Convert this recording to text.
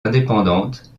indépendantes